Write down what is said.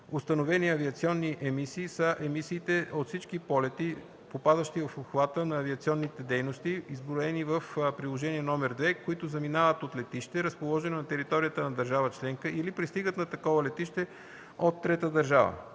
„Установени авиационни емисии” са емисиите от всички полети, попадащи в обхвата на авиационните дейности, изброени в Приложение № 2, които заминават от летище, разположено на територията на държава членка, или пристигат на такова летище от трета държава.